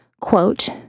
Quote